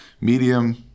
Medium